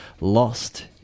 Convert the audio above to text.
Lost